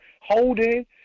holding